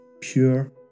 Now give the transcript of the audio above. pure